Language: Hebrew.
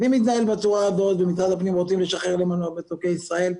אם נתנהל בצורה הזאת ומשרד הפנים רוצים לשחרר למצוקי ישראל,